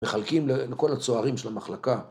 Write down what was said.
מחלקים לכל הצוערים של המחלקה.